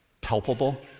palpable